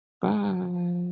bye